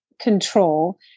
control